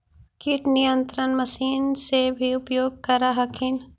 किट नियन्त्रण मशिन से भी उपयोग कर हखिन?